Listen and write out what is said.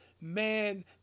man